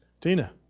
Tina